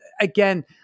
again